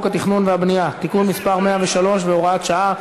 התכנון והבנייה (תיקון מס' 103 והוראת שעה),